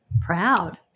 proud